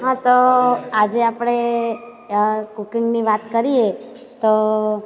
હા તો આજે આપણે કૂકિંગની વાત કરીએ તો